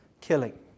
killing